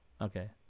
Okay